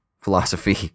philosophy